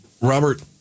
Robert